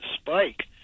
spike